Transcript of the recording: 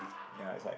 ya it's like